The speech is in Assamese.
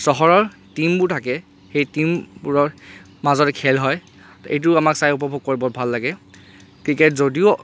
চহৰৰ টিমবোৰ থাকে সেই টিমবোৰৰ মাজতে খেল হয় এইটো আমাৰ চাই উপভোগ কৰি বহুত ভাল লাগে ক্ৰিকেট যদিও